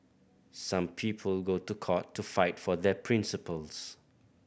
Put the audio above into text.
some people go to court to fight for their principles